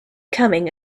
coming